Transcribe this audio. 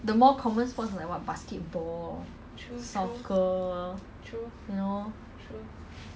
miss P_E lessons ah last time you know primary school got those uh